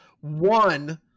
one